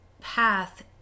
path